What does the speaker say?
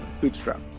bootstrap